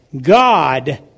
God